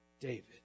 David